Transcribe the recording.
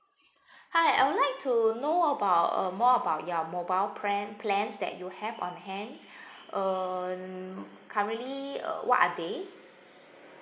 hi I would like to know about um more about your mobile plan plans that you have on hand um currently uh what are they